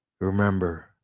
Remember